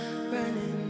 running